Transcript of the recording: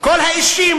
כל האישים,